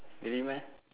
really meh